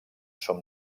són